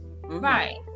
Right